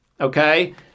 Okay